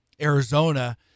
Arizona